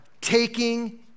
taking